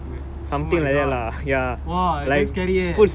mad oh my god !wah! I damn scary eh